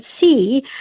see